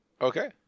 Okay